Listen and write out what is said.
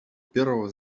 первого